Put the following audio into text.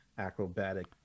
acrobatic